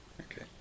okay